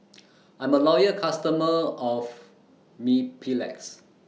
I'm A Loyal customer of Mepilex